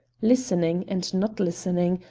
listening and not listening,